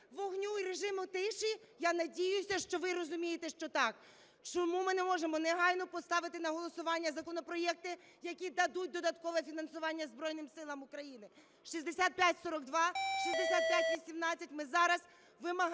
вогню і режиму тиші? Я надіюся, що ви розумієте, що так. Чому ми не можемо негайно поставити на голосування законопроекти, які дадуть додаткове фінансування Збройним Силам України? 6542, 6518 ми зараз вимагаємо